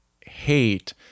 hate